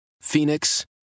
Phoenix